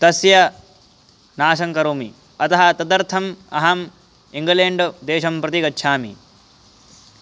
तस्य नाशङ्करोमि अतः तदर्थम् अहम् इङ्गलेण्ड् देशं प्रति गच्छामि